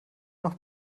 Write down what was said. noch